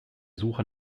suche